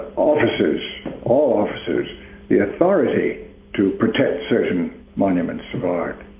officers all officers the authority to protect certain monuments or art,